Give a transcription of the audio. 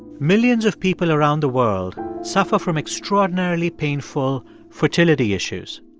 millions of people around the world suffer from extraordinarily painful fertility issues.